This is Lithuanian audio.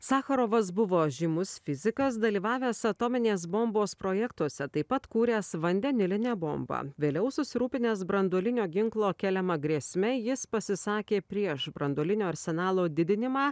sacharovas buvo žymus fizikas dalyvavęs atominės bombos projektuose taip pat kūręs vandenilinę bombą vėliau susirūpinęs branduolinio ginklo keliama grėsme jis pasisakė prieš branduolinio arsenalo didinimą